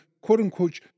quote-unquote